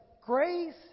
Grace